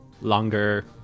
longer